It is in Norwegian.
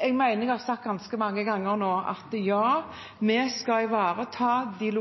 Jeg mener jeg har sagt ganske mange ganger nå at ja, vi skal ivareta de